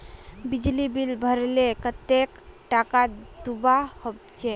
बिजली बिल भरले कतेक टाका दूबा होचे?